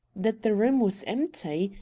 that the room was empty,